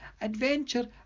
adventure